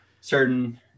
certain